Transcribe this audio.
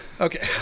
okay